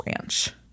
ranch